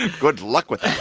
good luck with that